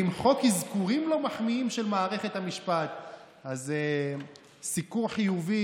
מתוך הנחה שעד אז תשלים הוועדה את